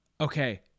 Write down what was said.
Okay